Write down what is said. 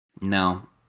No